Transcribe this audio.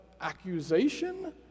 accusation